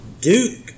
Duke